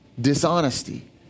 dishonesty